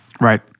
Right